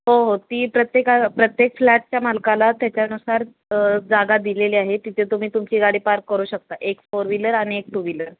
हो हो ती प्रत्येका प्रत्येक फ्लॅटच्या मालकाला त्याच्यानुसार जागा दिलेली आहे तिथे तुम्ही तुमची गाडी पार्क करू शकता एक फोर व्हीलर आणि एक टू व्हीलर